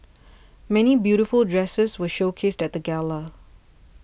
many beautiful dresses were showcased at the gala